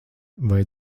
vai